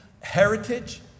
heritage